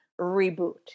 reboot